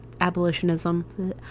abolitionism